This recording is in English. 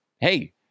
hey